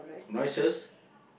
noises